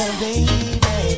baby